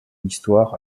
histoire